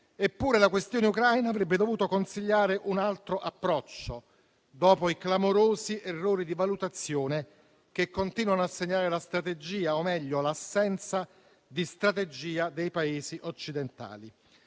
Eppure, la questione Ucraina avrebbe dovuto consigliare un altro approccio dopo i clamorosi errori di valutazione che continuano a segnare la strategia o meglio l'assenza di strategia dei Paesi occidentali.